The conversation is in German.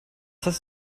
heißt